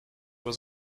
was